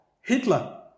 Hitler